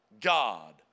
God